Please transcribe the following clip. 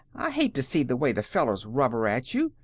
i hate to see the way the fellows rubber at you.